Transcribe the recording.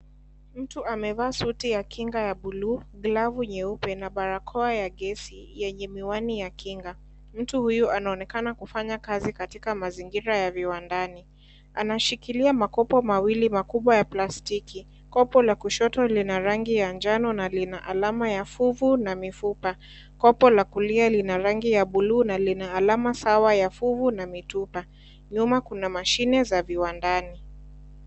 Mtu amevaa suti ya kinga ya buluu, glavu nyeupe na barakoa ya gesi yenye miwani ya kinga. Mtu huyu anonekana kufanya kazi katika mazingira ya viwandani. Anashikilia makopo mawili makubwa ya plastiki. Kopo la kushoto lina rangi ya njano na lina alama ya fuvu na mifupa. Kopo la kulia lina rangi ya buluu na lina alama sawa ya fuvu na mitupa. Nyuma kuna mashine za viwandani.